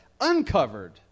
uncovered